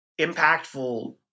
impactful